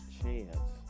chance